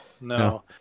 No